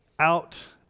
out